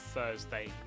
Thursday